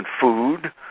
food